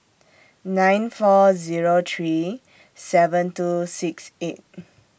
nine four Zero three seven two six eight